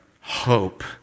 hope